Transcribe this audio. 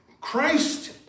Christ